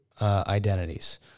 identities